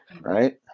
right